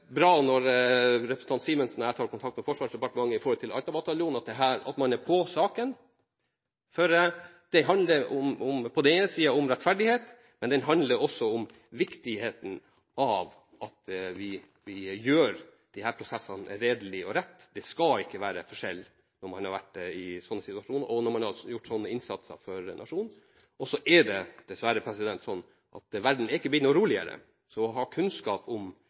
for dette handler på den ene sida om rettferdighet og på den andre sida om viktigheten av at vi gjør disse prosessene redelig og rett. Det skal ikke være forskjell når man har vært i en sånn situasjon, og når man har gjort en sånn innsats for nasjonen. Og så er det dessverre sånn at verden har ikke blitt noe roligere, så det å ha kunnskap om